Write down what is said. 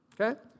Okay